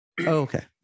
Okay